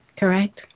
correct